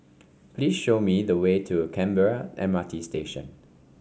please show me the way to Canberra M R T Station